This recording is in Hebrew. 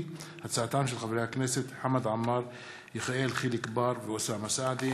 בהצעתם של חברי הכנסת איתן ברושי ואחמד טיבי